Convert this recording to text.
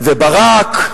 וברק,